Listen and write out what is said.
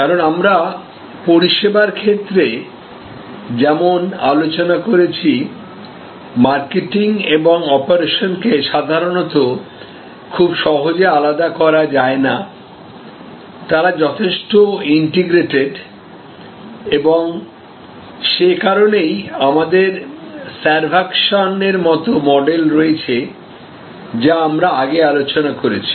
কারণ আমরা পরিষেবার ক্ষেত্রে যেমন আলোচনা করেছিমার্কেটিং এবং অপারেশনকে সাধারণত খুব সহজে আলাদা করা যায় না তারা যথেষ্ট ইন্টিগ্রেটেড হয় এবং সে কারণেই আমাদের স্যারভাকসন এর মতো মডেল রয়েছে যা আমরা আগে আলোচনা করেছি